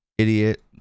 idiot